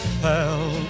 fell